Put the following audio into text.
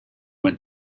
went